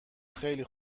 خیلی